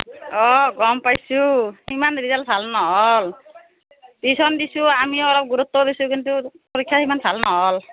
অঁ গম পাইছোঁ সিমান ৰিজাল্ট ভাল নহ'ল টিউশ্যন দিছোঁ আমিও অলপ গুৰুত্ব দিছোঁ কিন্তু পৰীক্ষা সিমান ভাল নহ'ল